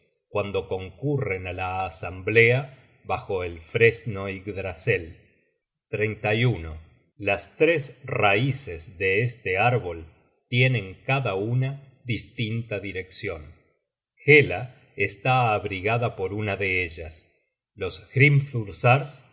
cuando concurren á la asamblea bajo el fresno yggdrasel las tres raices de este árbol tienen cada una distinta direccion hela está abrigada por una de ellas los